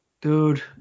Dude